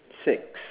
six